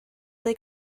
they